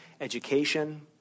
education